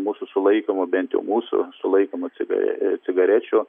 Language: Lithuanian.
mūsų sulaikomų bent jau mūsų sulaikomų cigare cigarečių